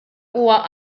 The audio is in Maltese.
huwa